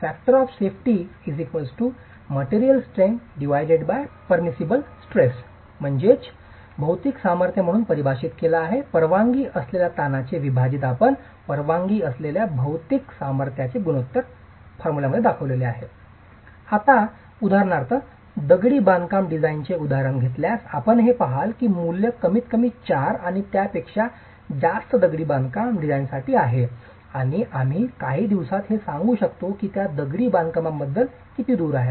factor of सेफ्टीFactor of safetyमटेरियल strength Material strength permissible stress आता उदाहरणार्थ दगडी बांधकाम डिझाइनचे उदाहरण घेतल्यास आपण हे पहाल की हे मूल्य कमीतकमी 4 आणि त्यापेक्षा जास्त दगडी बांधकाम डिझाइनसाठी आहे आणि आम्ही काही दिवसात हे सांगू शकतो की त्या दगडी बांधकामांबद्दल किती दूर आहे